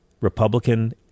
Republican